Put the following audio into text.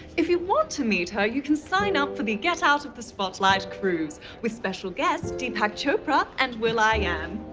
if you want to meet her, you can sign up for the get out of the spotlight cruise, with special guest deepak chopra and will i am.